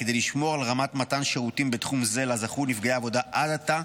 וכדי לשמור על רמת מתן שירותים בתחום זה שזכו לה נפגעי עבודה עד עתה,